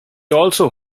also